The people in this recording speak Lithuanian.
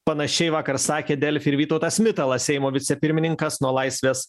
panašiai vakar sakė delfi ir vytautas mitalas seimo vicepirmininkas nuo laisvės